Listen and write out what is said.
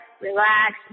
relax